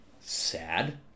sad